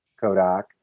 Kodak